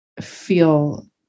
feel